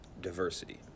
diversity